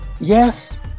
Yes